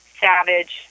savage